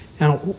Now